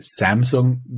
Samsung